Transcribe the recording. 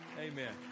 Amen